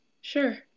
Sure